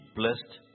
blessed